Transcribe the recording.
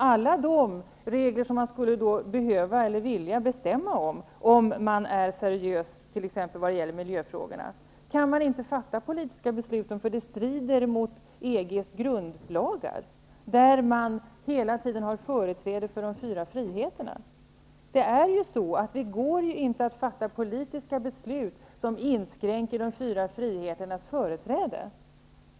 Alla de regler som man skulle vilja bestämma om, om man är seriös t.ex. när det gäller miljöfrågorna, kan man inte fatta politiska beslut om, för det strider mot EG:s grundlagar. Där är det hela tiden företräde för de fyra friheterna. Det går inte att fatta politiska beslut som inskränker de fyra friheternas företräde.